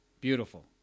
beautiful